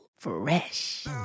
Fresh